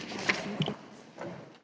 Hvala.